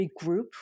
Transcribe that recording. regroup